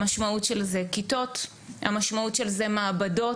היא כיתות, מעבדות.